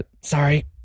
sorry